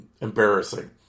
Embarrassing